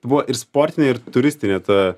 buvo ir sportinė ir turistinė ta